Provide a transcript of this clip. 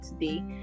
today